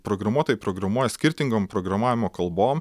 programuotojai programuoja skirtingom programavimo kalbom